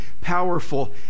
powerful